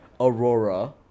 Aurora